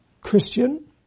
Christian